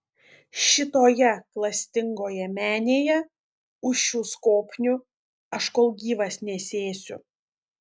šitoje klastingoje menėje už šių skobnių aš kol gyvas nesėsiu